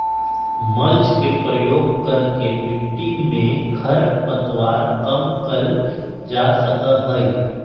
mulch के प्रयोग करके मिट्टी में खर पतवार कम कइल जा सका हई